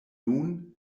nun